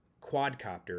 quadcopter